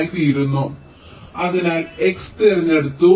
ആയിത്തീരുന്നു അതിനാൽ x തിരഞ്ഞെടുത്തു